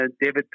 David